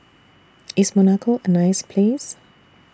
IS Monaco A nice Place